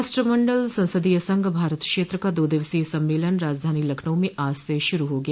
राष्ट्रमंडल संसदीय संघ भारत क्षेत्र का दो दिवसीय सम्मेलन राजधानी लखनऊ में आज से शुरू हो गया